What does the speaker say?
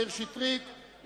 מאיר שטרית,